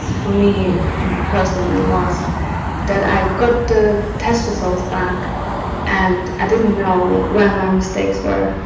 for me personally was that i got the test results back and i didn't know where my mistakes were